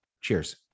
cheers